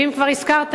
ואם כבר הזכרת,